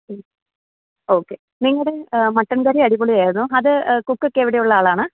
മ് ഓക്കെ നിങ്ങളുടെ mutton curry അടിപൊളി ആയിരുന്നു അത് കുക്ക് ഒക്കെ എവിടെ ഉള്ള ആളാണ്